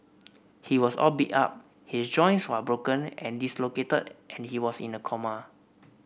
he was all beat up his joints were broken and dislocated and he was in a coma